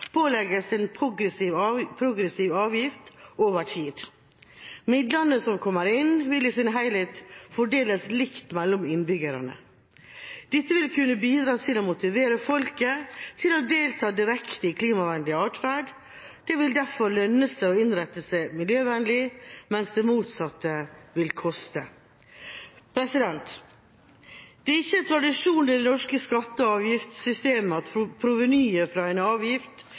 pålegges en progressiv avgift over tid. Midlene som kommer inn, vil i sin helhet fordeles likt mellom innbyggerne. Dette vil kunne bidra til å motivere folket til å delta direkte i klimavennlig adferd. Det vil derfor lønne seg å innrette seg miljøvennlig, mens det motsatte vil koste. Det er ikke tradisjon i det norske skatte- og avgiftssystemet at provenyet fra en avgift